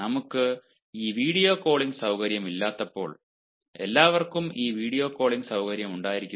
നമുക്ക് ഈ video calling സൌകര്യം ഇല്ലാത്തപ്പോൾ എല്ലാവർക്കും ഈ വീഡിയോ കോളിംഗ് സൌകര്യം ഉണ്ടായിരിക്കുമോ